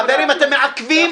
חברים, אתם מעכבים.